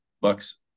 bucks